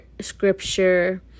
scripture